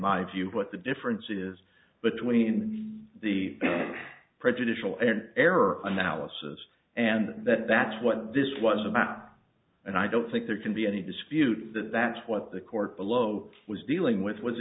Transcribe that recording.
my view what the difference is between the prejudicial and error analysis and that's what this was about and i don't think there can be any dispute that that's what the court below was dealing with was